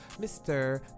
mr